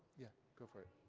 yeah, go for it.